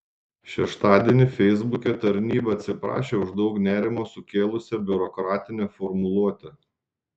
šeštadienį feisbuke tarnyba atsiprašė už daug nerimo sukėlusią biurokratinę formuluotę